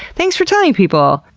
thanks for telling people!